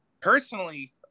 Personally